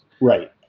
Right